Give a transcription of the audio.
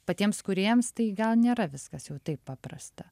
patiems kūrėjams tai gal nėra viskas jau taip paprasta